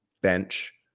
bench